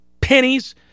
pennies